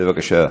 בבקשה.